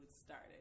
started